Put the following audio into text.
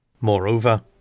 Moreover